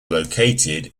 located